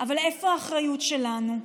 אבל איפה האחריות שלנו?